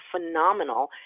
phenomenal